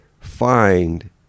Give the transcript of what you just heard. find